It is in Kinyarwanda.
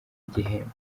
igihembo